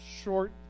short